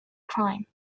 crime